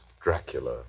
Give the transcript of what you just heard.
Dracula